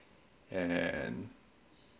and